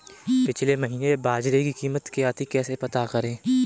पिछले महीने बाजरे की कीमत क्या थी कैसे पता करें?